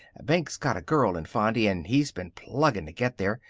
benke's got a girl in fondy, and he's been pluggin' to get there.